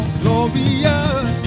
glorious